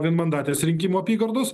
vienmandatės rinkimų apygardos